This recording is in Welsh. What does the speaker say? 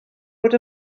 bod